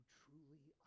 truly